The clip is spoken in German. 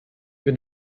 bin